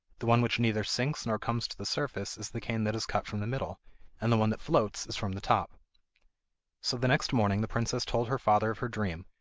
the one which neither sinks nor comes to the surface is the cane that is cut from the middle and the one that floats is from the top so, the next morning, the princess told her father of her dream,